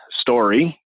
story